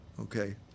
okay